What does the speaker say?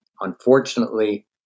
unfortunately